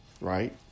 right